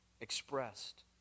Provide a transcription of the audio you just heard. expressed